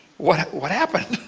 what what happened?